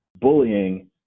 bullying